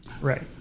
Right